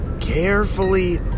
carefully